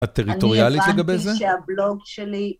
את טריטוריאלית לגבי זה? אני הבנתי שהבלוג שלי...